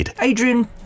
Adrian